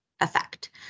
effect